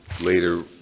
later